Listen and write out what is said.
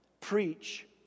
Preach